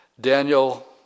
Daniel